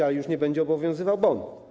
Ale już nie będzie obowiązywał bon.